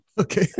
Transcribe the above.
Okay